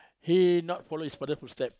he not follow his father footstep